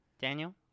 Daniel